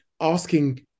asking